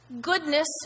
goodness